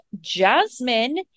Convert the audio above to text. Jasmine